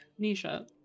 Nisha